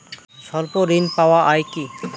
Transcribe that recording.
স্বল্প ঋণ পাওয়া য়ায় কি?